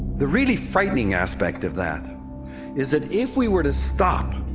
the really frightening aspect of that is that if we were to stop,